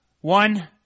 One